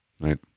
right